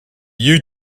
you